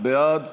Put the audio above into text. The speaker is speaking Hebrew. בעד